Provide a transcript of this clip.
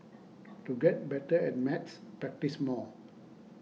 to get better at maths practise more